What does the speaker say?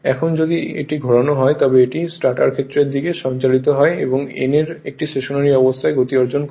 এখন যদি এটি ঘোরানো হয় তবে এটি স্টেটর ক্ষেত্রের দিকে সঞ্চালিত হয় এবং n এর একটি স্টেশনারি অবস্থার গতি অর্জন করে